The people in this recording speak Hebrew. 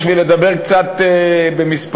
בשביל לדבר קצת במספרים,